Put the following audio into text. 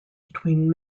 between